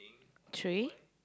three